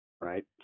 right